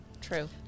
True